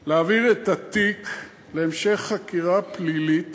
4. להעביר את התיק להמשך חקירה פלילית